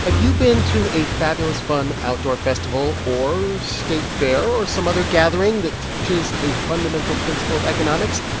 and you been to a fabulous, fun outdoor festival or state fair or some other gathering that teaches a fundamental principle of economics?